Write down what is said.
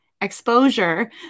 exposure